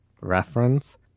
reference